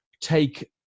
take